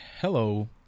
Hello